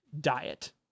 diet